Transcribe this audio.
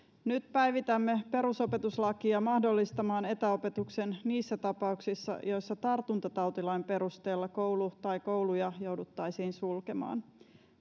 nyt päivitämme perusopetuslakia mahdollistamaan etäopetuksen niissä tapauksissa joissa tartuntatautilain perusteella koulu tai kouluja jouduttaisiin sulkemaan